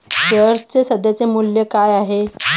शेअर्सचे सध्याचे मूल्य काय आहे?